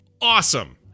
awesome